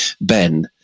Ben